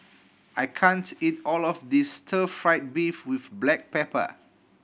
I can't eat all of this stir fried beef with black pepper